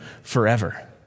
forever